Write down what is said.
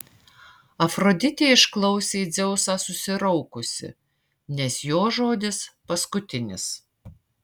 afroditė išklausė dzeusą susiraukusi nes jo žodis paskutinis